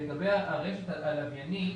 לגבי הרשת הלוויינית,